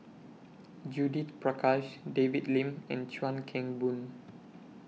Judith Prakash David Lim and Chuan Keng Boon